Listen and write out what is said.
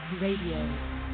Radio